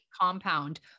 compound